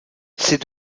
c’est